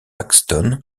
paxton